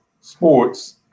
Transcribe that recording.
sports